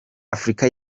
afurika